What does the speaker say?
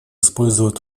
использовать